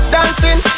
Dancing